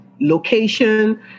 location